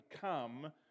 come